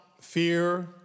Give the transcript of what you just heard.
fear